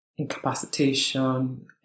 Incapacitation